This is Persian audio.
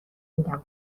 میگم